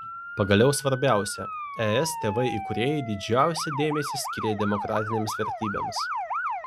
pagaliau svarbiausia es tėvai įkūrėjai didžiausią dėmesį skyrė demokratinėms vertybėms